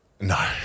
No